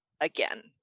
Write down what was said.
again